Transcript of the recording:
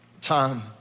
Time